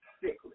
sickly